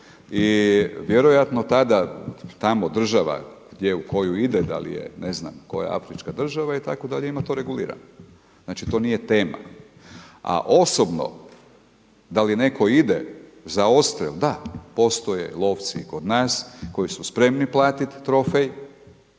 i vjerojatno tada, tamo država, gdje u koju ide, da li je ne znam koja afrička država itd., ima to regulirano. Znači to nije tema. A osobno da li netko ide za odstrel, da, postoje lovci i kod nas koji su spremni platiti trofej.